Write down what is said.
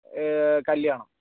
കല്യാണം